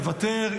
מוותר.